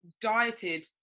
dieted